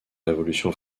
révolution